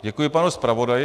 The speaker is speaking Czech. Děkuji panu zpravodaji.